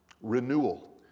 renewal